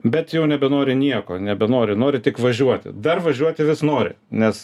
bet jau nebenori nieko nebenori nori tik važiuoti dar važiuoti vis nori nes